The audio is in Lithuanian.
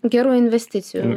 gerų investicijų